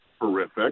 horrific